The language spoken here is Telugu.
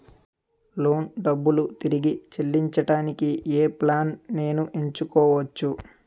లోన్ డబ్బులు తిరిగి చెల్లించటానికి ఏ ప్లాన్ నేను ఎంచుకోవచ్చు?